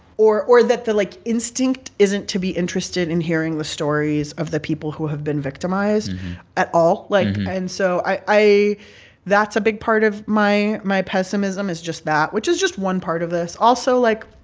or or that the, like, instinct isn't to be interested in hearing the stories of the people who have been victimized at all. like, and so i that's a big part of my my pessimism is just that, which is just one part of this. also, like,